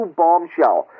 bombshell